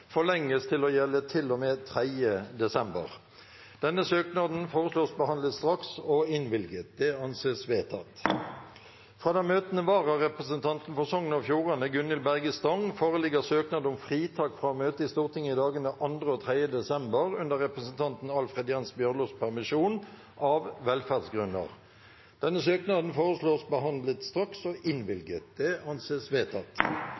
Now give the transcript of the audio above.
forlenges til å gjelde til og med 3. desember. Denne søknaden foreslås behandlet straks og innvilget. – Det anses vedtatt. Fra den møtende vararepresentanten for Sogn og Fjordane, Gunhild Berge Stan g, foreligger søknad om fritak fra å møte i Stortinget i dagene 2. og 3. desember under representanten Alfred Jens Bjørlos permisjon, av velferdsgrunner. Denne søknaden foreslås behandlet straks og innvilget. – Det anses vedtatt.